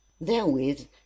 therewith